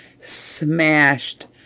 smashed